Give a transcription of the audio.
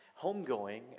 homegoing